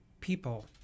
people